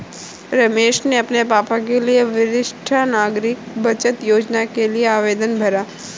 रमेश ने अपने पापा के लिए वरिष्ठ नागरिक बचत योजना के लिए आवेदन भरा